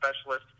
specialist